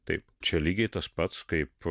taip čia lygiai tas pats kaip